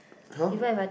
!huh!